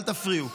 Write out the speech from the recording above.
אל תפריעו,